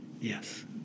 yes